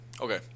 Okay